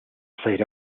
played